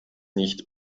nicht